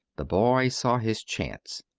the boy saw his chance.